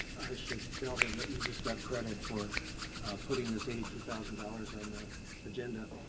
i should tell him that you just got credit for putting this eighty two thousand dollars on the agenda,